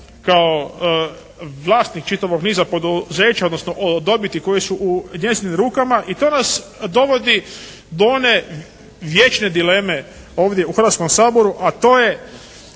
kao vlasnik čitavog niza poduzeća odnosno dobiti koje su u njezinim rukama i to nas dovodi do one vječne dileme ovdje u Hrvatskom saboru a to je